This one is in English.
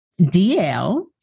DL